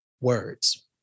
words